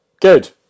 good